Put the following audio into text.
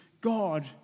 God